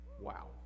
Wow